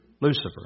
Lucifer